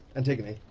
antigone,